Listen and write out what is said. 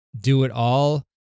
do-it-all